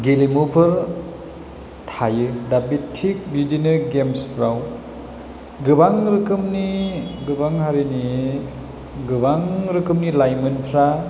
गेलेमुफोर थायो दा बे थिग बिदिनो गेमसफ्राव गोबां रोखोमनि गोबां हारिनि गोबां रोखोमनि लाइमोनफ्रा